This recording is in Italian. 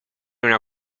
una